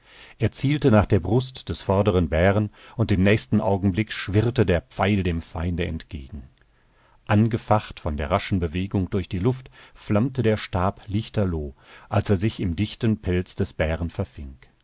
er zielte nach der brust des vorderen bären und im nächsten augenblick schwirrte der pfeil dem feinde entgegen angefacht von der raschen bewegung durch die luft flammte der stab lichterloh als er sich im dichten pelz des bären